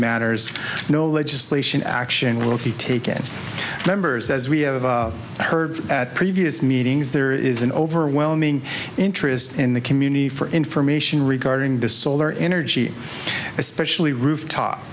matters no legislation action will be taken members as we have heard at previous meetings there is an overwhelming interest in the community for information regarding this solar energy